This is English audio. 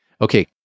Okay